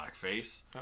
blackface